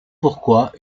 pourquoi